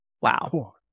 Wow